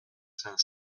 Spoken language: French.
cinq